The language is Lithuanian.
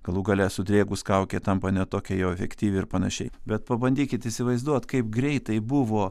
galų gale sudrėkus kaukė tampa ne tokia jau efektyvi ir panašiai bet pabandykit įsivaizduot kaip greitai buvo